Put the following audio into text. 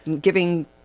giving